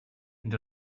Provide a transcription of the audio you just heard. and